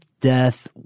death